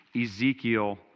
Ezekiel